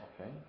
Okay